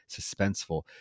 suspenseful